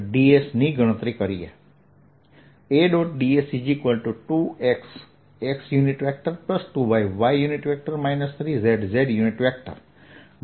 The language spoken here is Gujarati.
ds ની ગણતરી કરીએ